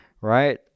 right